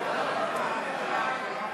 של יהודים בני המגזר החרדי בשירות